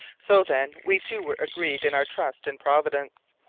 so then we two were agreed in our trust in providence.